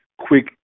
Quick